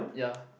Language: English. ya